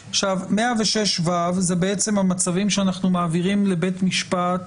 106ו זה בעצם המצבים שאנחנו מעבירים לבית משפט,